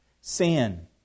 sin